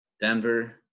Denver